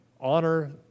honor